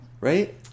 right